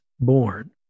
born